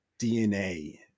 DNA